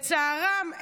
לצערם,